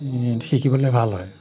শিকিবলৈ ভাল হয়